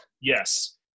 Yes